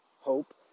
hope